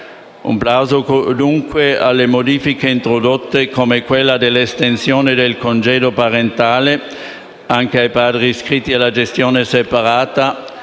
Un plauso, dunque, alle modifiche introdotte come l’estensione del congedo parentale anche ai padri iscritti alla gestione separata,